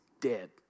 dead